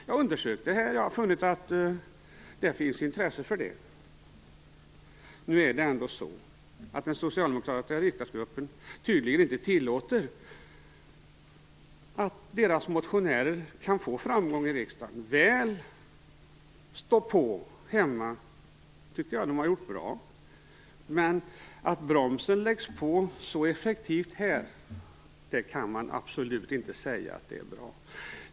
Jag har undersökt det här, och jag har funnit att det finns intresse för det. Nu tillåter tydligen inte den socialdemokratiska riksdagsgruppen att deras motionärer får framgång i riksdagen, men väl att de står på hemma. Det tycker jag att de har gjort bra. Men att bromsen slås till så effektivt här, kan man absolut inte säga är bra.